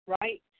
right